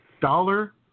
Dollar